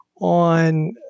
on